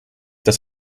dass